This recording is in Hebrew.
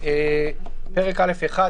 ""פרק א'1,